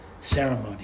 ceremony